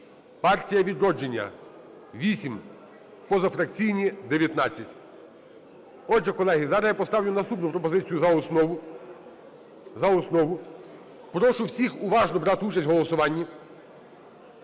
"Партія "Відродження" – 8, позафракційні – 19. Отже, колеги, зараз я поставлю наступну пропозицію - за основу. Прошу всіх уважно брати участь у голосуванні.